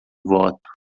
voto